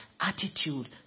attitude